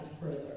further